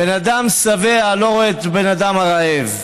בן אדם שבע לא רואה את הבן אדם הרעב,